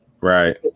Right